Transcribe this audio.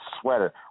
sweater